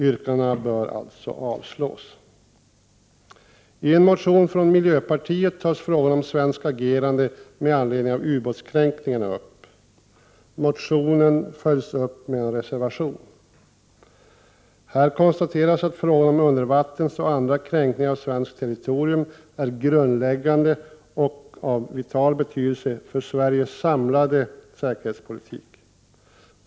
Yrkandet bör således avslås. Herr talman! I en motion från miljöpartiet tas frågan om svenskt agerande med anledning av ubåtskränkningarna upp. Motionen följs upp i en reservation. Här konstateras att frågan om undervattenskränkningar och andra kränkningar av svenskt territorium är av grundläggande och vital betydelse för Sveriges samlade säkerhetspolitik.